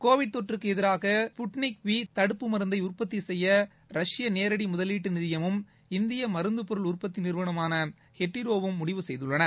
Covid தொற்றுக்கு எதிராக Sputnik V தடுப்பு மருந்தை உற்பத்தி செய்ய ரஷ்ய நேரடி முதலீட்டு நிதியமும் இந்திய மருந்து பொருள் உற்பத்தி நிறுவனமான ஹெட்ரோவும் முடிவு செய்துள்ளன